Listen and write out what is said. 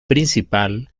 principal